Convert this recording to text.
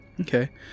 Okay